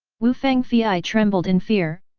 wu fangfei trembled in fear,